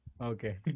Okay